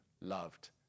loved